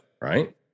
Right